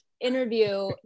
interview